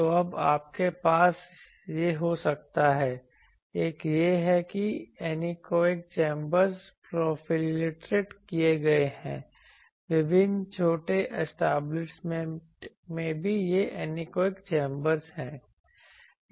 तो अब आपके पास यह हो सकता है एक ये है कि एनीकोएक चैंबर्स प्रोलिफरेटेड किए गए हैं विभिन्न छोटे एस्टेब्लिशमेंटस में भी यह एनीकोएक चैंबर्स हैं